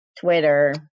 Twitter